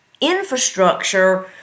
infrastructure